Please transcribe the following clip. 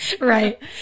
Right